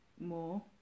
more